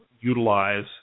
utilize